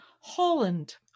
Holland